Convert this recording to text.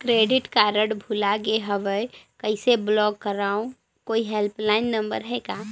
Credit card भुला गे हववं कइसे ब्लाक करव? कोई हेल्पलाइन नंबर हे का?